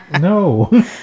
no